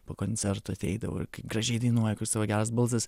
po koncerto ateidavo ir kaip gražiai dainuoji koks savo geras balsas